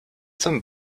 some